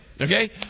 okay